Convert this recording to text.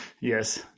Yes